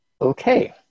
okay